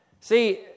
see